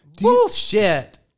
Bullshit